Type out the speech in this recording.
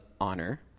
honor